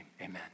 amen